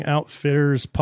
Outfitters